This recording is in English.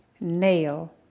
nail